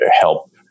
help